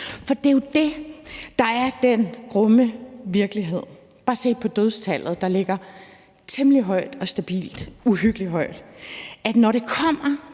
For det er jo det, der er den grumme virkelighed – bare se på dødstallet, der ligger temmelig højt og stabilt, uhyggelig højt – nemlig at når det kommer